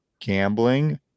gambling